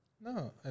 No